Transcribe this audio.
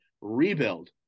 rebuild